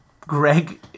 Greg